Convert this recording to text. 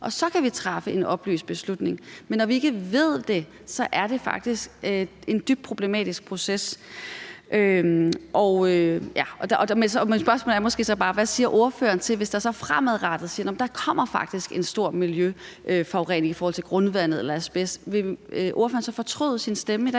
vi så kan træffe en oplyst beslutning. Men når vi ikke ved det, så er det faktisk en dybt problematisk proces. Mit spørgsmål er måske så bare, hvad ordføreren siger til det, hvis man så fremadrettet siger, at der faktisk kommer en stor miljøforurening i forhold til grundvandet eller asbest. Vil ordføreren så fortryde sin stemme i dag?